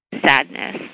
sadness